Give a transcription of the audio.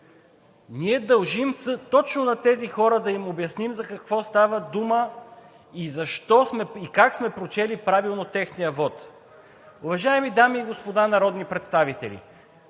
Ние дължим точно на тези хора да им обясним точно за какво става дума и как сме прочели правилно техния вот. Уважаеми дами и господа народни представители,